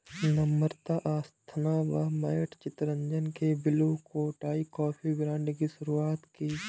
नम्रता अस्थाना व मैट चितरंजन ने Blue Tokai coffee brand की शुरुआत की